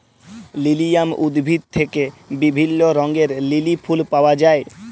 lilium উদ্ভিদ থেক্যে বিভিল্য রঙের লিলি ফুল পায়া যায়